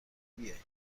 بیای